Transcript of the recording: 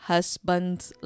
Husband's